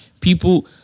people